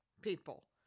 people